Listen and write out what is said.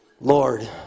Lord